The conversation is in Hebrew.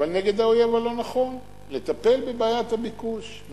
אבל נגד האויב הלא-נכון, לטפל בבעיית הביקוש.